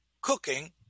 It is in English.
cooking